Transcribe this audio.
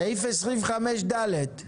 סעיף 25/ד'.